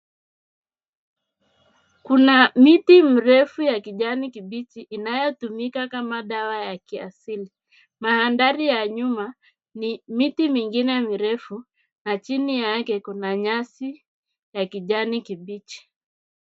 Kuna miti mrefu ya kijani kibichi inayotumika kama dawa ya kiasili. Mandhari ya nyuma ni miti mingine mirefu na chini yake kuna nyasi ya kijani kibichi.